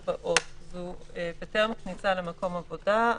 בסוף יסגרו לאדם את המקום כי בעל